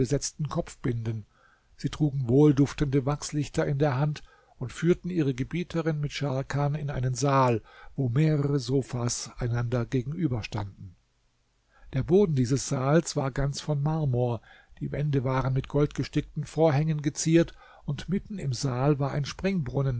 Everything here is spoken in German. kopfbinden sie trugen wohlduftende wachslichter in der hand und führten ihre gebieterin mit scharkan in einen saal wo mehrere sofas einander gegenüber standen der boden dieses saales war ganz von marmor die wände waren mit goldgestickten vorhängen geziert und mitten im saal war ein springbrunnen